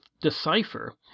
decipher